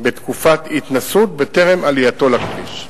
בתקופת התנסות טרם עלייתו לכביש.